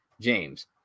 James